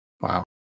Wow